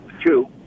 two